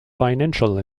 financial